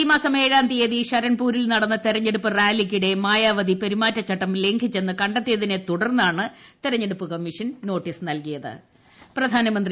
ഈമാസം ഏഴാം തീയതി ഷരൺപൂരിൽ നടന്ന തെരഞ്ഞെടുപ്പ് റാലിക്കിടെ മായാവതി പെരുമാറ്റം ചട്ടം ലംഘിച്ചെന്ന് കണ്ടെത്തിയതിനെ തുടർന്നാണ് തെരഞ്ഞെടുപ്പ് കമ്മീഷൻ നോട്ടീസ് നൽകിയത്